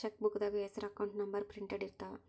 ಚೆಕ್ಬೂಕ್ದಾಗ ಹೆಸರ account number printed ಇರ್ತಾವ